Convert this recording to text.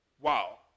Wow